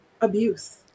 abuse